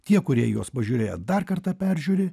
tie kurie juos pažiūrėjo dar kartą peržiūri